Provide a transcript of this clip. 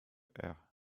air